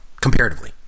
comparatively